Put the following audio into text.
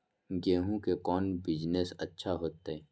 गेंहू के कौन बिजनेस अच्छा होतई?